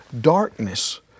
darkness